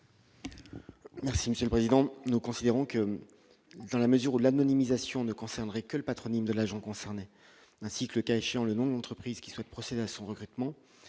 Merci Monsieur le président, nous considérons que dans la mesure où l'anonymisation ne concernerait que le patronyme de l'agent concerné ainsi que le cas échéant, le nombre d'entreprises qui souhaitent procéder à son recrutement